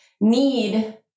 need